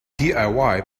diy